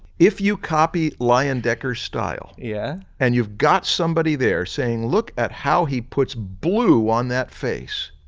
if you copy leyendecker style yeah and you've got somebody there saying look at how he puts blue on that face,